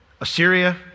Assyria